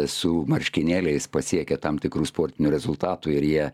su marškinėliais pasiekia tam tikrų sportinių rezultatų ir jie